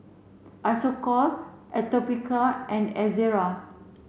Isocal Atopiclair and Ezerra